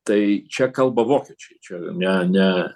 tai čia kalba vokiečiai čia ne ne